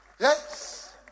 Yes